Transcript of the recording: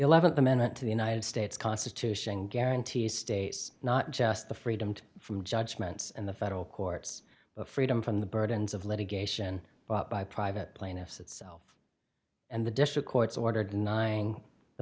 the th amendment to the united states constitution guarantees states not just the freedom to from judgments and the federal courts but freedom from the burdens of litigation bought by private plaintiffs itself and the district court's order denying the